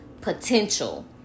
potential